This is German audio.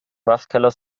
waschkeller